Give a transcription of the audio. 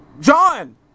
John